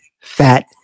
fat